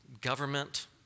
government